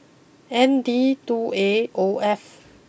N D two A O F